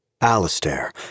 Alistair